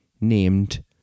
named